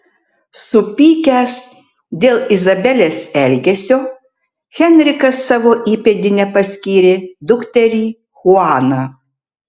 supykęs dėl izabelės elgesio henrikas savo įpėdine paskyrė dukterį chuaną